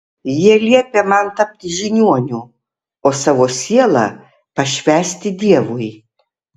jie liepė man tapti žiniuoniu o savo sielą pašvęsti dievui